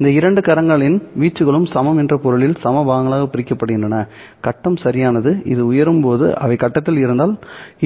இந்த இரண்டு கரங்களின் வீச்சுகளும் சமம் என்ற பொருளில் சம பாகங்களாக பிரிக்கப்படுகின்றன கட்டம் சரியானது இது உயரும் போது அவை கட்டத்தில் இருந்தால்